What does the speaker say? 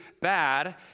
bad